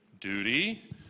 Duty